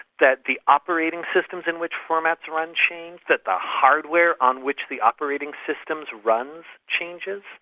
that the operating systems in which formats run change, that the hardware on which the operating systems runs changes,